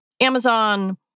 Amazon